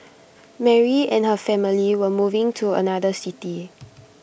Mary and her family were moving to another city